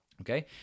okay